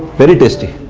very tasty!